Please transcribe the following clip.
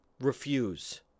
refuse